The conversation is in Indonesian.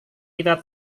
kita